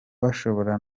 bashobora